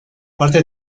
parte